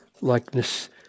likeness